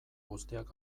guztiak